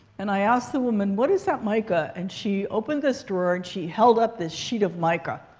and i asked the woman, what is that mica? and she opened this drawer. and she held up this sheet of mica.